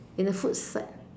in the food fight